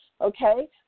Okay